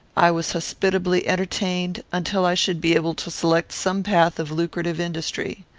i was hospitably entertained until i should be able to select some path of lucrative industry.